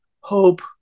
hope